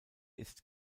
ist